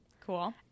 Cool